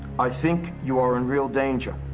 i think you are in real danger,